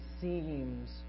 seems